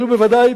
אלו בוודאי